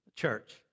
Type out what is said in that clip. church